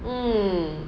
mm